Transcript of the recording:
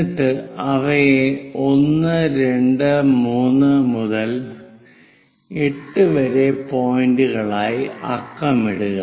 എന്നിട്ട് അവയെ 1 2 3 മുതൽ 8 വരെ പോയിന്റുകളായി അക്കമിടുക